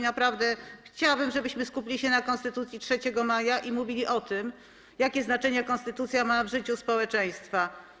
Naprawdę chciałabym, żebyśmy skupili się na Konstytucji 3 maja i mówili o tym, jakie znaczenie konstytucja ma w życiu społeczeństwa.